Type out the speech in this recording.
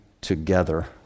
together